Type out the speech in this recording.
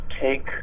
take